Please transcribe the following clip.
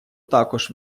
також